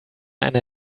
eine